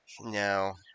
no